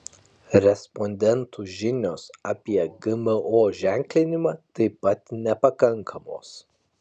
respondentų žinios apie gmo ženklinimą taip pat nepakankamos